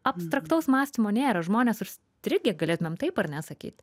abstraktaus mąstymo nėra žmonės užstrigę galėtumėm taip ar ne sakyt